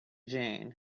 jane